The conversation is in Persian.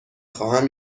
خواهم